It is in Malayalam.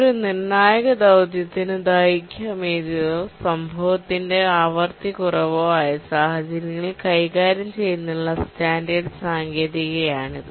ഒരു നിർണായക ദൌത്യത്തിന് ദൈർഘ്യമേറിയതോ സംഭവിക്കുന്നതിന്റെ ആവൃത്തി കുറവോ ആയ സാഹചര്യങ്ങൾ കൈകാര്യം ചെയ്യുന്നതിനുള്ള സ്റ്റാൻഡേർഡ് സാങ്കേതികതയാണിത്